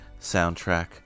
soundtrack